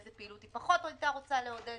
איזה פעילות היא פחות היתה רוצה לעודד